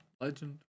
legend